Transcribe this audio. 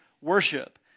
worship